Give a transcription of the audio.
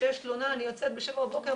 כשיש תלונה אני יוצאת בשבע בבוקר,